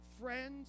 friends